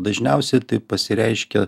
dažniausiai tai pasireiškia